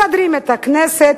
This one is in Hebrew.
מסדרים את הכנסת,